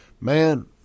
Man